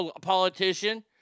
politician